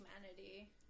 Humanity